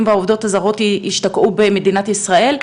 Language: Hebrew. והעובדות הזרים ישתקעו במדינת ישראל,